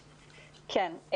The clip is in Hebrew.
כן.